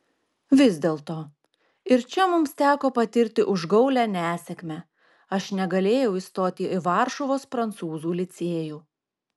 vis dėlto ir čia mums teko patirti užgaulią nesėkmę aš negalėjau įstoti į varšuvos prancūzų licėjų